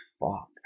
fuck